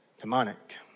demonic